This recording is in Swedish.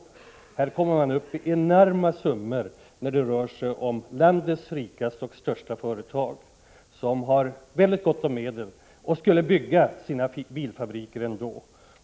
I det här fallet kommer man upp i enorma summor, och det rör sig då om landets största och rikaste företag, som säkert skulle bygga sina bilfabriker ändå.